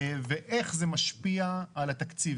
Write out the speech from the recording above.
ואיך זה משפיע על התקציב?